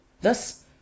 Thus